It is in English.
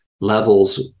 levels